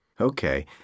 Okay